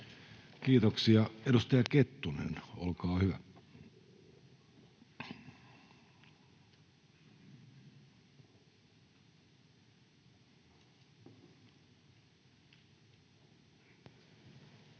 Kiitoksia. — Edustaja Kettunen, olkaa hyvä.